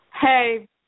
Hey